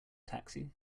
taxi